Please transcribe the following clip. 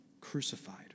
crucified